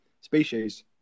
species